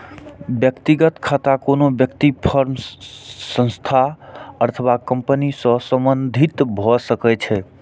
व्यक्तिगत खाता कोनो व्यक्ति, फर्म, संस्था अथवा कंपनी सं संबंधित भए सकै छै